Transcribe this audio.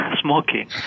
smoking